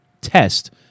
test